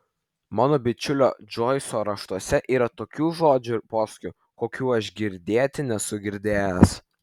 mano bičiulio džoiso raštuose yra tokių žodžių ir posakių kokių aš girdėti nesu girdėjęs